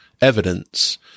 evidence